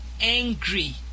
angry